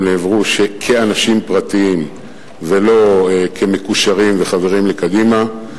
נעברו כאנשים פרטיים ולא כמקושרים וחברים לקדימה,